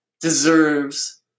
deserves